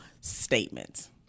statement